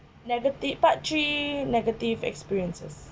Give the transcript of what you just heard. negative part three negative experiences